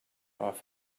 off